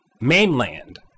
mainland